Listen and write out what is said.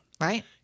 Right